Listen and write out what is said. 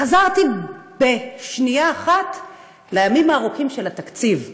חזרתי בשנייה אחת לימים הארוכים של התקציב.